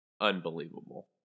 unbelievable